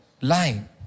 line